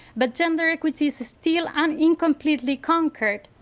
but gender equity is still and incompletely conquered,